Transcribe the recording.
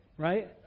right